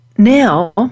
Now